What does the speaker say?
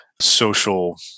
social